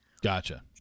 gotcha